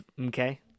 Okay